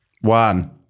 One